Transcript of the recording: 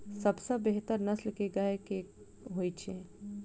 सबसँ बेहतर नस्ल केँ गाय केँ होइ छै?